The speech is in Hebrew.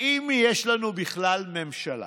האם יש לנו בכלל ממשלה?